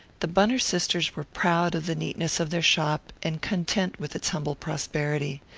the bunner sisters were proud of the neatness of their shop and content with its humble prosperity.